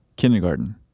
Kindergarten